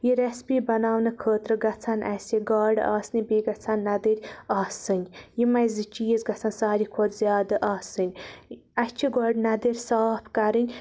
یہِ ریٚسِپی بَناونہٕ خٲطرٕ گَژھَن اَسہِ گاڈٕ آسنہِ بیٚیہِ گَژھَن نَدٕرۍ آسٕنۍ یِمے زٕ چیٖز گَژھَن ساروی کھۄتہٕ زیاد آسٕنۍ اَسہِ چھِ گۄڈٕ نَدٕرۍ صاف کَرٕنۍ